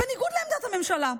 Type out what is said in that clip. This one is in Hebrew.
בניגוד לעמדת הממשלה.